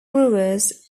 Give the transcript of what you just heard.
brewers